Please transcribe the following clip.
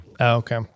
Okay